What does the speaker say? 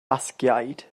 basgiaid